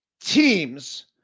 teams